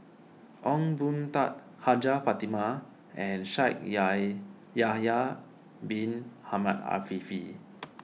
Ong Boon Tat Hajjah Fatimah and Shaikh Yahya Bin Ahmed Afifi